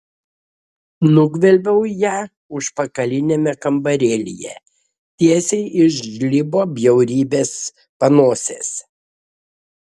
nugvelbiau ją užpakaliniame kambarėlyje tiesiai iš žlibo bjaurybės panosės